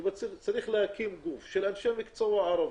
שצריך להקים גוף של אנשי מקצוע ערבים.